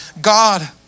God